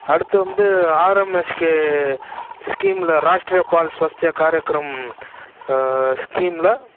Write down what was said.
அடுத்து வந்து ஆர்எம்எஸ்கே ஸ்கீமில் ராஷ்ட்ரிய பால் ஸ்வஸ்த்திய காரிக்ரம் ஸ்கீமில்